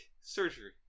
surgery